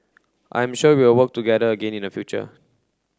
I am sure we will work together again in the future